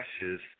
ashes